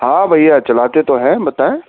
ہاں بھئیا چلاتے تو ہیں بتائیں